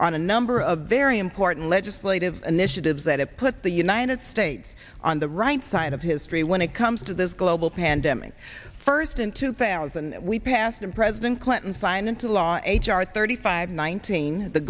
on a number of very important legislative initiatives that have put the united states on the right side of history when it comes to this global pandemic first in two thousand we passed in president clinton signed into law h r thirty five nineteen the